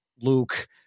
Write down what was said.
Luke